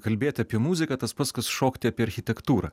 kalbėti apie muziką tas pats kas šokti apie architektūrą